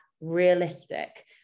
realistic